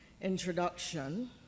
introduction